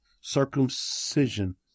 circumcision